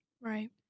Right